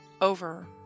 over